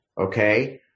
okay